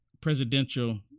presidential